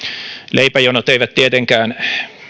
leipäjonot eivät tietenkään